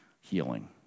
healing